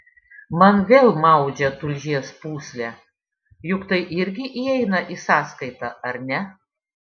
man vėl maudžia tulžies pūslę juk tai irgi įeina į sąskaitą ar ne